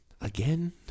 again